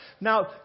Now